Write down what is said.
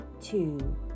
two